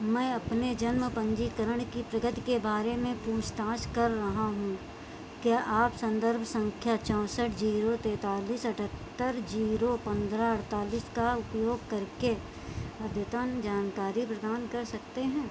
मैं अपने जन्म पंजीकरण की प्रगति के बारे में पूछताछ कर रहा हूँ क्या आप संदर्भ संख्या चौसठ जीरो तैंतालीस अठहत्तर जीरो पंद्रह अड़तालीस का उपयोग करके अद्यतन जानकारी प्रदान कर सकते हैं